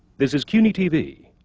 this is cuny tv,